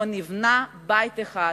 לא נבנה בית אחד.